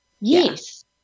Yes